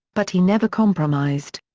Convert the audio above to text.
but he never compromised.